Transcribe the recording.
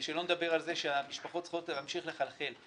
שלא נדבר על זה שהמשפחות צריכות להמשיך לכלכל.